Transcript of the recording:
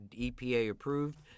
EPA-approved